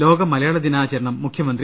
ലോകമലയാളദിനാചരണം മുഖ്യമന്ത്രി